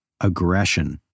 aggression